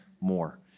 more